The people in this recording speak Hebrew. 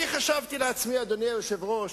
אני חשבתי לעצמי, אדוני היושב-ראש,